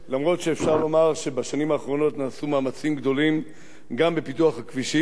אף שאפשר לומר שבשנים האחרונות נעשו מאמצים גדולים גם בפיתוח הכבישים.